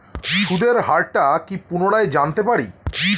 সুদের হার টা কি পুনরায় জানতে পারি?